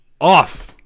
off